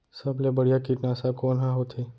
सबले बढ़िया कीटनाशक कोन ह होथे?